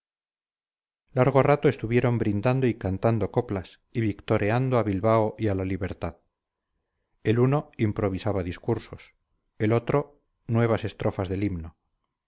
largo rato estuvieron brindando y cantando coplas y victoreando a bilbao y a la libertad el uno improvisaba discursos el otro nuevas estrofas del himno